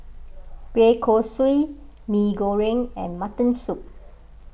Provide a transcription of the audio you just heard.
Kueh Kosui Mee Goreng and Mutton Soup